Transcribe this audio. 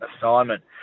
assignment